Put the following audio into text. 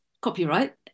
copyright